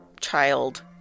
child